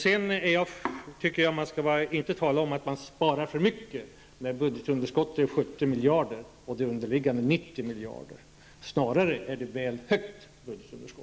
Jag tycker inte att man kan tala om att man sparar för mycket när budgetunderskottet är 70 miljarder och det underliggande 90 miljarder. Snarare är budgetunderskottet väl högt.